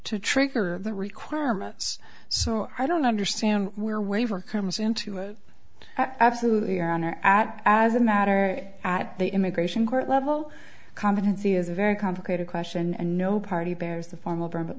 to trigger the requirements so i don't understand where waiver comes into absolutely on or at as a matter at the immigration court level competency is a very complicated question and no party bears the form of